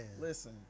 listen